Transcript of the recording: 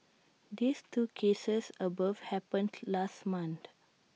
these two cases above happened last month